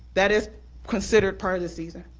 that is considered part of the season.